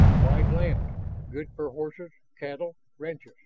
wide land good for horses, cattle, ranches.